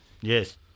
Yes